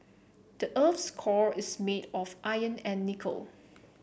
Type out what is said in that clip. the earth's core is made of iron and nickel